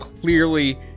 clearly